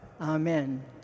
Amen